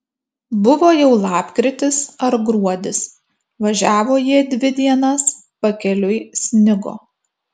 buvo jau lapkritis ar gruodis važiavo jie dvi dienas pakeliui snigo